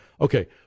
okay